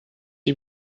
die